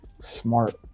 smart